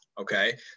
Okay